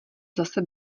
zase